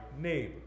neighbor